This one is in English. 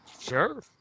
Sure